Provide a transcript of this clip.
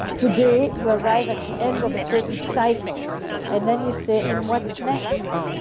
today, you arrive at the end of a certain cycle and then you say, and what's next?